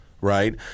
right